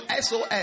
SOS